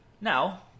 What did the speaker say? Now